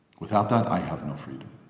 without that, i have no freedom!